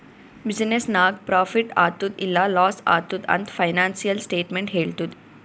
business ನಾಗ್ profit ಆತ್ತುದ್ ಇಲ್ಲಾ ಲಾಸ್ ಆತ್ತುದ್ ಅಂತ್ ಫೈನಾನ್ಸಿಯಲ್ ಸ್ಟೇಟ್ಮೆಂಟ್ ಹೆಳ್ತುದ್